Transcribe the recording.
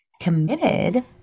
committed